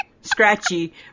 scratchy